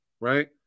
right